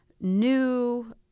new